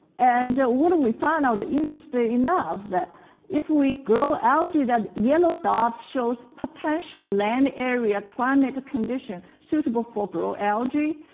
and what do we find out interesting enough that if we grow algae, that yellow dot shows potential land area climate condition suitable for grow algae.